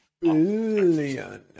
Billion